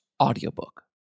audiobook